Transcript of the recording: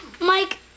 Mike